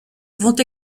vont